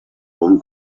bon